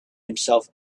himself